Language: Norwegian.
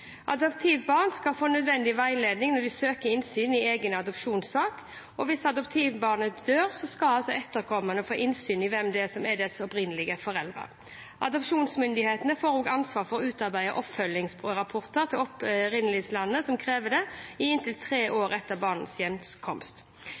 Adoptivbarn skal få nødvendig veiledning når de søker innsyn i egen adopsjonssak, og hvis adoptivbarnet dør, skal etterkommere få innsyn i hvem som er dets opprinnelige foreldre. Adopsjonsmyndighetene får også ansvar for å utarbeide oppfølgingsrapporter til opprinnelsesland som krever det, i inntil tre år